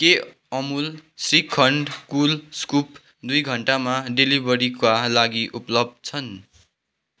के अमुल श्रीखण्ड कुल स्कुप दुई घन्टामा डेलिभरीका लागि उपलब्ध छन्